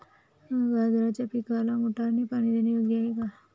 गाजराच्या पिकाला मोटारने पाणी देणे योग्य आहे का?